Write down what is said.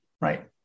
Right